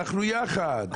אנחנו יחד.